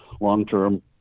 long-term